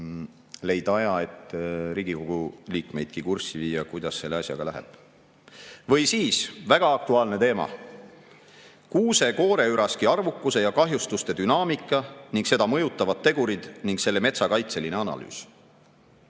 leida aja, et Riigikogu liikmeidki kurssi viia, kuidas selle asjaga läheb. Või siis väga aktuaalne teema: "Kuuse-kooreüraski arvukuse ja kahjustuste dünaamika ning seda mõjutavad tegurid ning selle metsakaitseline analüüs".